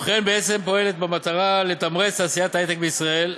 ובכך בעצם פועלת במטרה לתמרץ את תעשיית ההיי-טק בישראל.